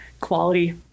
quality